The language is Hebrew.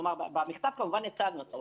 כלומר, במכתב, כמובן, הצגנו.